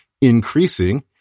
increasing